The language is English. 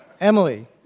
Emily